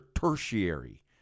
tertiary